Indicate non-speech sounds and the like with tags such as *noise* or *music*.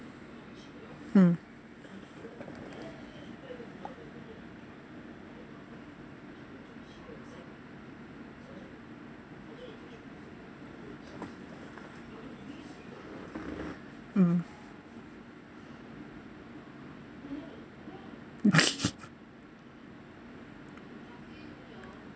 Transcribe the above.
mm mm *laughs*